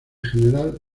general